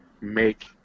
make